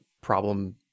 problem